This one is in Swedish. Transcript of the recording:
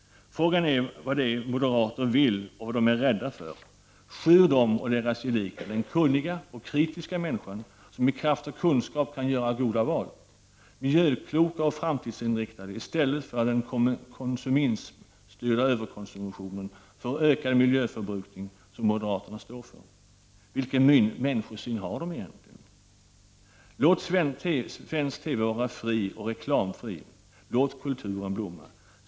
Frågan är vad det är moderaterna vill och vad de är rädda för. Skyr de och deras gelikar den kunniga och kritiska människan som med kraft och kunskap kan göra goda val? Människor som är miljökloka och framtidsinriktade i stället för att gynna överkonsumtion och en ökad miljöförbrukning, vilket moderaterna står för. Vilken människosyn har moderaterna egentligen? Låt svensk TV vara fri och reklamfri. Låt kulturen blomma.